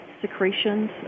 secretions